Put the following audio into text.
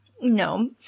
No